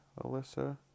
Alyssa